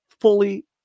fully